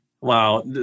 Wow